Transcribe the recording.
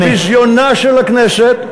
אתם מביאים לביזיונה של הכנסת,